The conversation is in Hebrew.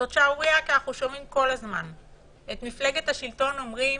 זאת שערורייה כי אנחנו שומעים כל זמן את מפלגת השלטון אומרת